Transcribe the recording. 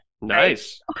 Nice